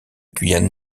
guyane